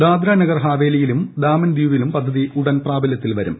ദാദ്ര നഗർ ഹവേലിയിലും ദാമൻ ദിയുവിലും പദ്ധതി ഉടൻ പ്രാബല്യത്തിൽവരും